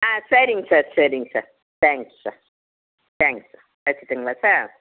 ஆ சரிங்க சார் சரிங்க sir thanks sir thanks sir வச்சுட்டுங்களா சார்